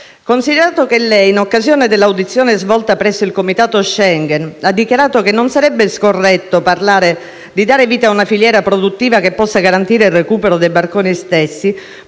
Considerato che lei, in occasione dell'audizione svolta presso il Comitato Schengen, ha dichiarato che non sarebbe scorretto parlare di dare vita a una filiera produttiva che possa garantire il recupero dei barconi stessi,